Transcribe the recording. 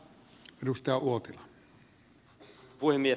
arvoisa puhemies